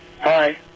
Hi